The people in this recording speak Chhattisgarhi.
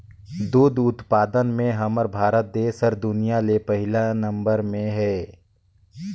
दूद उत्पादन में हमर भारत देस हर दुनिया ले पहिले नंबर में हे